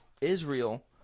Israel